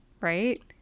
Right